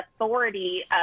authority